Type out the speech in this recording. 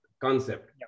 concept